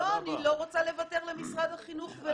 לא, אני לא רוצה לוותר למשרד החינוך ולעצמי.